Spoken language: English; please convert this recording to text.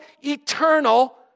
eternal